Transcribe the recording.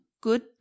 Good